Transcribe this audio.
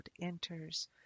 enters